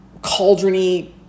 cauldrony